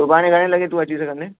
सुभाणे घणे लॻे तूं अची सघंदे